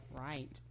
Right